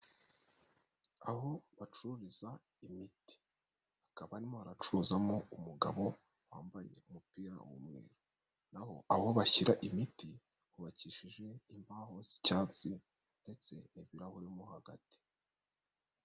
Aho bacururiza imiti. Hakaba harimo haracuruzamo umugabo wambaye umupira w'umweru. Naho aho bashyira imiti hubakishije imbaho z'icyatsi, ndetse n'ibirahuri mo hagati.